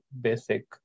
basic